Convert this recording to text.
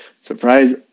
Surprise